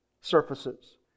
surfaces